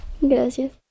Gracias